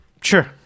Sure